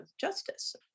justice